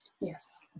Yes